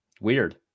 Weird